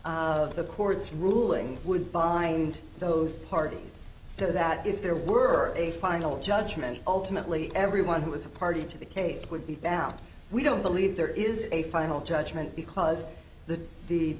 of the court's ruling would bind those parties so that if there were a final judgment ultimately everyone who was a party to the case would be out we don't believe there is a final judgment because the the